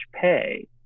pay